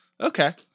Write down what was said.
Okay